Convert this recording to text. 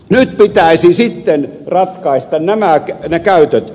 nyt pitäisi sitten ratkaista nämä käytöt